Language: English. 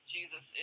Jesus